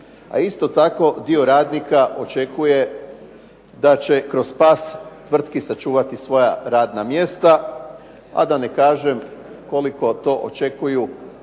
A isto tako dio radnika očekuje da će kroz spas tvrtki sačuvati svoja radna mjesta, a da ne kažem koliko to očekuju oni